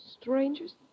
Strangers